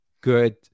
good